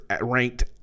ranked